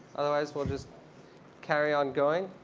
otherwise we'll just carry on going.